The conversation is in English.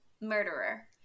murderer